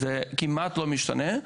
זה כמעט לא משתנה,